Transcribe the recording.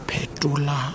Petula